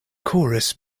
chorus